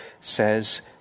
says